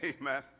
Amen